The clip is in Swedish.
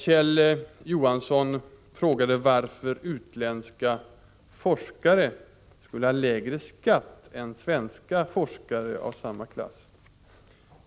Kjell Johansson frågade varför utländska forskare skulle ha lägre skatt än svenska forskare av samma klass.